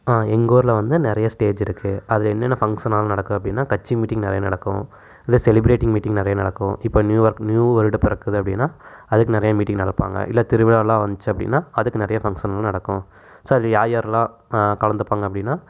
ஆ எங்கள் ஊரில் வந்து நிறைய ஸ்டேஜ் இருக்குது அதில் என்னென்ன ஃபங்சனெல்லாம் நடக்கும் அப்படின்னா கட்சி மீட்டிங் நிறைய நடக்கும் இல்லை செலிப்ரேடிங் மீட்டிங் நிறைய நடக்கும் இப்போ நியூ ஒர்க் நியூ வருடம் பிறக்குது அப்படின்னா அதுக்கு நிறையா மீட்டிங் நடப்பாங்க இல்லை திருவிழாயெல்லாம் வந்துச்சு அப்படின்னா அதுக்கு நிறைய பங்சனெல்லாம் நடக்கும் சரி யார் யாரெல்லாம் கலந்துப்பாங்க அப்படின்னா